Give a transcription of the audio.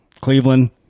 Cleveland